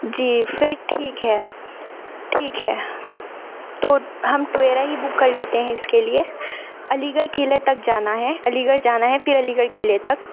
جی پھر ٹھیک ہے ٹھیک ہے تو ہم ٹویرا ہی بک کر لیتے ہیں اس کے لیے علی گڑھ قلعہ تک جانا ہے علی گڑھ جانا ہے پھر علی گڑھ قلعہ تک